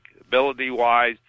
ability-wise